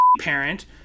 parent